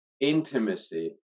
intimacy